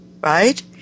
right